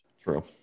True